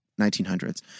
1900s